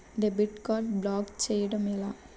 Debit card block చేయటం ఎలా?